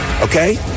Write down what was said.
okay